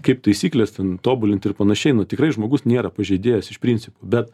kaip taisykles ten tobulint ir panašiai nu tikrai žmogus nėra pažeidėjas iš principo bet